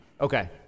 Okay